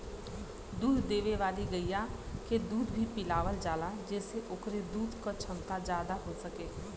दूध देवे वाली गइया के दूध भी पिलावल जाला जेसे ओकरे दूध क छमता जादा हो सके